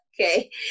Okay